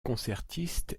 concertiste